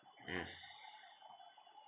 yes